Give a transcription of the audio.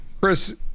Chris